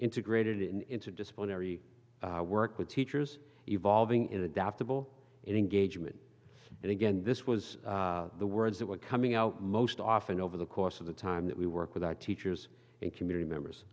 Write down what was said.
integrated into disciplinary work with teachers evolving in adaptable engagement and again this was the words that were coming out most often over the course of the time that we work with our teachers and community members